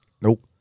Nope